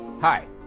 Hi